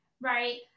right